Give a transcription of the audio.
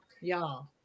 y'all